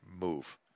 move